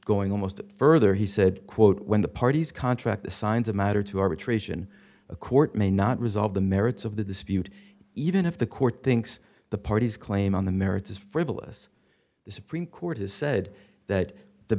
going almost further he said quote when the parties contract the signs of matter to arbitration a court may not resolve the merits of the dispute even if the court thinks the parties claim on the merits is frivolous the supreme court has said that the